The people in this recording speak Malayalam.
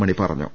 മണി പറ ഞ്ഞു